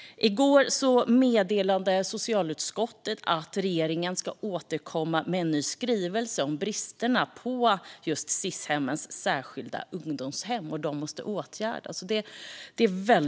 I går meddelade socialutskottet att regeringen ska återkomma med en ny skrivelse om hur bristerna vid Sis särskilda ungdomshem ska åtgärdas, och det är bra.